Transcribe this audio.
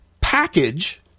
package